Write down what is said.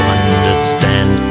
understand